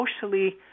socially